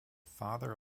father